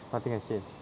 nothing has changed